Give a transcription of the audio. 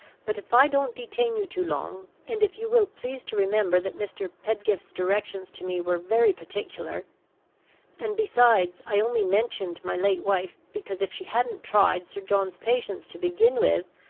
but if i don't detain you too long, and if you will please to remember that mr. pedgift's directions to me were very particular and, besides, i only mentioned my late wife because if she hadn't tried sir john's patience to begin with,